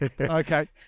Okay